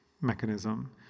mechanism